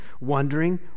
wondering